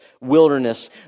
wilderness